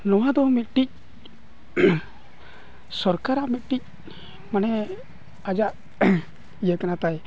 ᱱᱚᱣᱟᱫᱚ ᱢᱤᱫᱴᱤᱡ ᱥᱚᱨᱠᱟᱨᱟᱜ ᱢᱤᱫᱴᱤᱡ ᱢᱟᱱᱮ ᱟᱡᱟᱜ ᱤᱭᱟᱹ ᱠᱟᱱᱟᱭ ᱛᱟᱭ